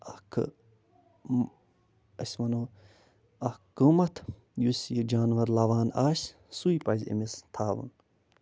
اَکھٕ أسۍ وَنو اَکھ قۭمَتھ یُس یہِ جانوَر لَوان آسہِ سُے پَزِ أمِس تھاوُن